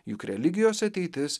juk religijos ateitis